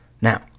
Now